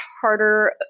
harder